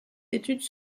études